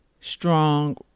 strong